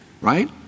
Right